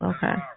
Okay